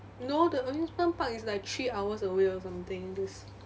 no the amusement park is like three hours away or something this